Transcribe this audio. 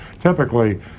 Typically